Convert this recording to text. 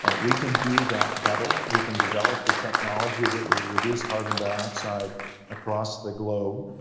ah we can do that better. we can develop the technology that will reduce carbon dioxide across the globe,